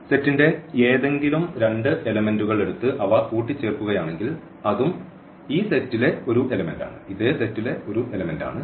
സെറ്റിന്റെ ഏതെങ്കിലും രണ്ട് എലെമെന്റുകൾ എടുത്ത് അവ കൂട്ടിച്ചേർക്കുകയാണെങ്കിൽ അതും ഈ സെറ്റിലെ ഒരു എലമെന്റ് ആണ്